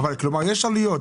אבל יש עלויות.